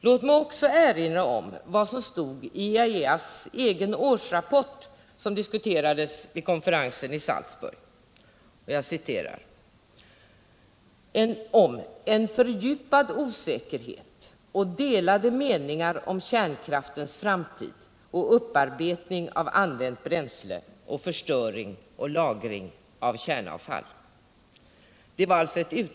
Låt mig också erinra om vad som stod i IAEA:s egen årsrapport, som diskuterades vid konferensen i Salzburg, om ”en fördjupad osäkerhet och delade meningar om kärnkraftens framtid och upparbetning av använt bränsle och förstöring och lagring av kärnavfall”.